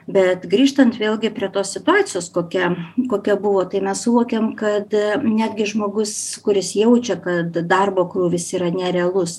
bet grįžtant vėlgi prie tos situacijos kokia kokia buvo tai mes suvokiam kad netgi žmogus kuris jaučia kad darbo krūvis yra nerealus